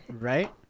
right